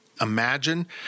imagine